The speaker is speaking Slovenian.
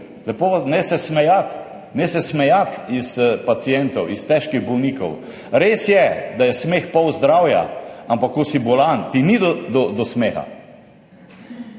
Ne se smejati pacientom, težkim bolnikom. Res je, da je smeh pol zdravja, ampak ko si bolan, ti ni do smeha.